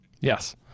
Yes